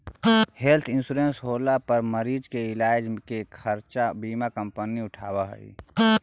health insurance होला पर मरीज के इलाज के खर्चा बीमा कंपनी उठावऽ हई